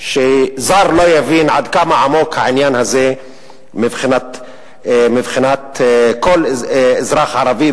זר לא יבין עד כמה עמוק העניין הזה מבחינת כל אזרח ערבי,